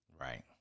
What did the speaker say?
Right